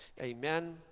Amen